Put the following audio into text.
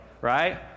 right